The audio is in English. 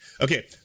Okay